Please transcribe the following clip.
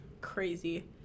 crazy